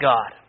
God